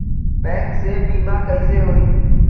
Bank से बिमा कईसे होई?